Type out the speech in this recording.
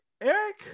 Eric